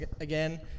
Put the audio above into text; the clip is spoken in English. Again